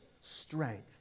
strength